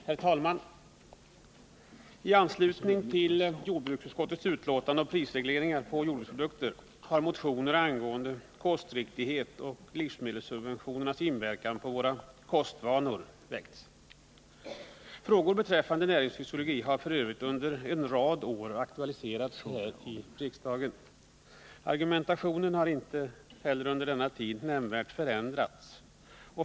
Herr talman! I anslutning till jordbruksutskottets betänkande om reglering av priserna på jordbruksprodukter har motionen angående kostriktighet och livsmedelssubventionernas inverkan på våra kostvanor väckts. Frågor beträffande näringsfysiologi har f. ö. under en rad år aktualiserats här i riksdagen. Argumentationen har inte under denna tid nämnvärt förändrats.